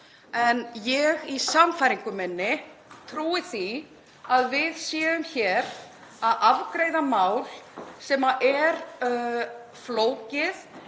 en ég í sannfæringu minni trúi því að við séum hér að afgreiða mál sem er flókið